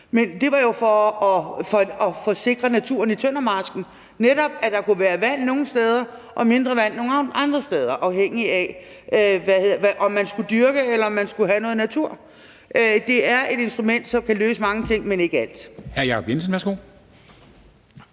og det var for at sikre naturen i Tøndermarsken, altså at der netop kunne være vand nogle steder og mindre vand andre steder, afhængig af om man skulle dyrke, eller om man skulle have noget natur. Det er et instrument, som kan løse mange ting, men ikke alt.